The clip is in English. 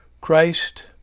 Christ